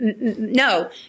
No